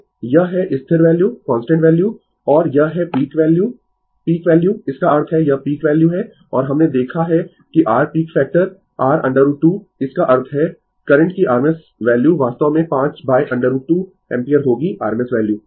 तो यह है स्थिर वैल्यू कांस्टेंट वैल्यू और यह है पीक वैल्यू पीक वैल्यू इसका अर्थ है यह पीक वैल्यू है और हमने देखा है कि r पीक फैक्टर r √2 इसका अर्थ है करंट की RMS वैल्यू वास्तव में 5 √2 एम्पीयर होगी RMS वैल्यू